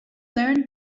learn